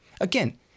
Again